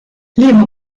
liema